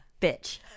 bitch